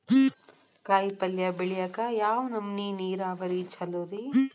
ಕಾಯಿಪಲ್ಯ ಬೆಳಿಯಾಕ ಯಾವ ನಮೂನಿ ನೇರಾವರಿ ಛಲೋ ರಿ?